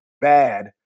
bad